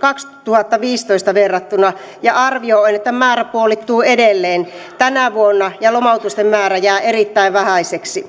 kaksituhattaviisitoista verrattuna ja arvioin että määrä puolittuu edelleen tänä vuonna ja lomautusten määrä jää erittäin vähäiseksi